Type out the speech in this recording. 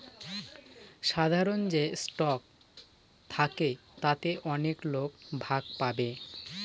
সাধারন যে স্টক থাকে তাতে অনেক লোক ভাগ পাবে